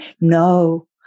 No